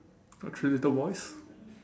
got three little boys